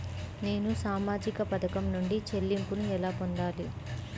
నేను సామాజిక పథకం నుండి చెల్లింపును ఎలా పొందాలి?